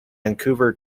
vancouver